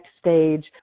stage